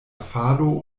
falo